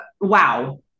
wow